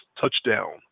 touchdown